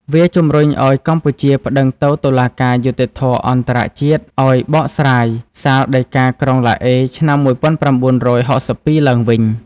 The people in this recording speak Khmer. វាជម្រុញឱ្យកម្ពុជាប្ដឹងទៅតុលាការយុត្តិធម៌អន្ដរជាតិ ឱ្យបកស្រាយសាលដីកាក្រុងឡាអេ ឆ្នាំ១៩៦២ឡើងវិញ។